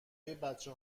بچه